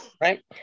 right